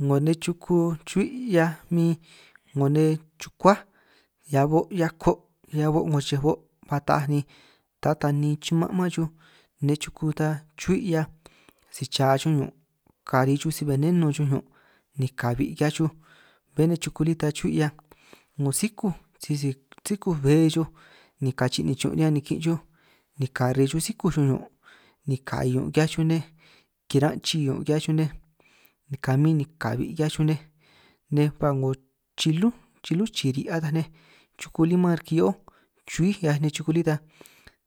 'Ngo nej chuku chu'bi' 'hiaj min 'ngo nej chukuáj hia bo' hiako' hiaj bo' 'ngoj chej bo', ba taaj ni ta tani chuman' man xuj nej chuku ta chu'bi' 'hiaj, si cha chuj ñun' si kari xuj si benenu xuj ñun' ni ka'bi' ki'hiaj xuj, bé nej chuku lí ta chu'bi' 'hiaj 'ngo sikúj sisi sikúj bbe xuj, ni kachin' nichun' riñan nikin xuj ni kari xuj sikúj xuj ñun' ni kai ñun' ki'hiaj xuj nej, kiran' chii ñun' ki'hiaj xuj nej ni kamin ni kabi' ki'hiaj xuj nej, nej ba 'ngo chilú chilú chiri' ataj nej chuku lí man riki hio'ó chu'bi 'hiaj nej chuku lí ta,